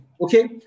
Okay